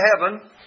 heaven